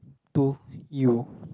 to you